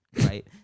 Right